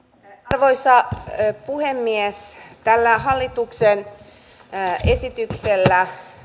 arvoisa puhemies tällä hallituksen esityksellä